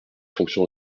fonction